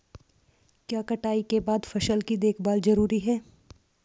क्या कटाई के बाद फसल की देखभाल जरूरी है?